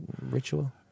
ritual